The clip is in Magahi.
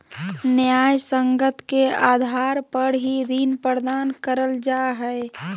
न्यायसंगत के आधार पर ही ऋण प्रदान करल जा हय